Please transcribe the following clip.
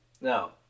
Now